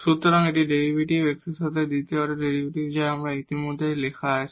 সুতরাং এটি derivative x এর ক্ষেত্রে দ্বিতীয় অর্ডার ডেরিভেটিভ যা ইতিমধ্যে সেখানে লেখা আছে